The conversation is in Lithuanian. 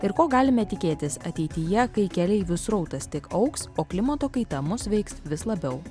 ir ko galime tikėtis ateityje kai keleivių srautas tik augs o klimato kaita mus veiks vis labiau